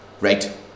Right